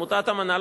עמותת "אמנה",